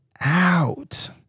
out